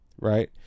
Right